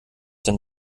denn